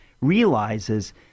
realizes